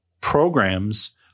programs